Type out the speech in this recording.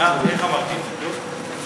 איך אמרתי את זה, טוב?